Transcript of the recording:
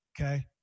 Okay